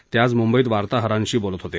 ते आज मुंबईत वार्ताहरांशी बोलत होते